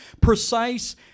precise